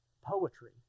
Poetry